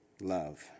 love